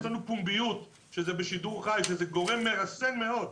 יש לנו פומביות כי זה בשידור חי וזה גורם מרסן מאוד.